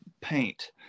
paint